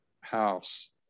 house